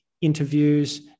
interviews